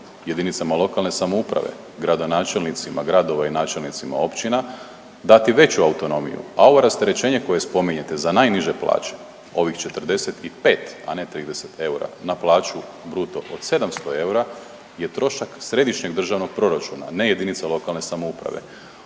jedinicama lokalne samouprave, gradonačelnicima gradova i načelnicima općina dati veću autonomiju, a ovo rasterećenje koje spominjete za najniže plaće ovih 45, a ne 30 eura na plaću bruto od 700 eura je trošak središnjeg državnog proračuna ne jedinice lokalne samouprave.